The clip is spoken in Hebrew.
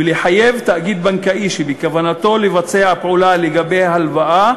ולחייב תאגיד בנקאי שבכוונתו לבצע פעולה לגבי הלוואה,